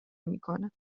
نمیکنم